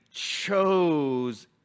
chose